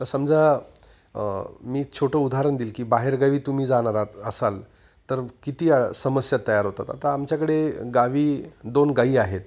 तर समजा मी छोटं उदाहरण देईल की बाहेरगावी तुम्ही जाणार आहात असाल तर किती समस्या तयार होतात आता आमच्याकडे गावी दोन गाई आहेत